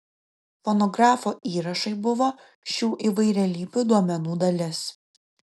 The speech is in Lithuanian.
fonografo įrašai buvo šių įvairialypių duomenų dalis